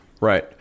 Right